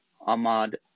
Ahmad